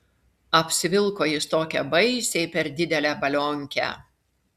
apsivilko jis tokią baisiai per didelę balionkę